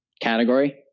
category